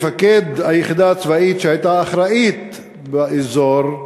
מפקד היחידה הצבאית שהייתה אחראית באזור,